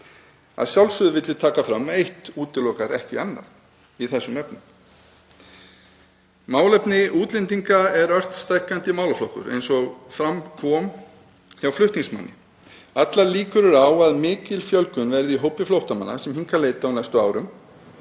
Að sjálfsögðu vil ég taka fram að eitt útilokar ekki annað í þessum efnum. Málefni útlendinga eru ört stækkandi málaflokkur eins og fram kom hjá flutningsmanni. Allar líkur eru á að mikil fjölgun verði í hópi flóttamanna sem hingað leita á næstu árum.